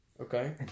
Okay